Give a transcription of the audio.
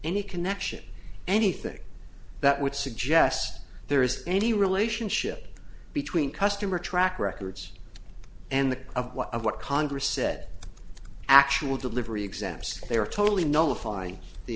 any connection anything that would suggest there is any relationship between customer track records and the of what of what congress said actual delivery exams they are totally notifying the